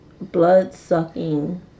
blood-sucking